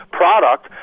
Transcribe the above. product